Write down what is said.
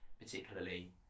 particularly